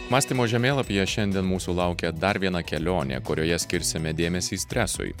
mąstymo žemėlapyje šiandien mūsų laukia dar viena kelionė kurioje skirsime dėmesį stresui